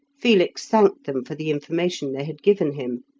felix thanked them for the information they had given him,